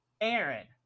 Aaron